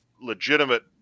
legitimate